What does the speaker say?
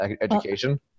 education